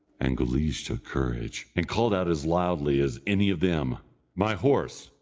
and guleesh took courage, and called out as loudly as any of them my horse,